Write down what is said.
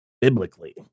Biblically